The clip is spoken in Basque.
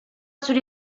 zuri